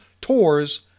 tours